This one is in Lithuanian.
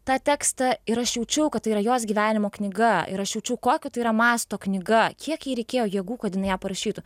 tą tekstą ir aš jaučiau kad tai yra jos gyvenimo knyga ir aš jaučiu kokio tai yra masto knyga kiek jai reikėjo jėgų kad jinai ją parašytų